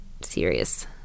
serious